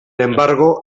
embargo